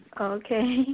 Okay